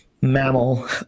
mammal